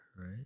Right